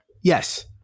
yes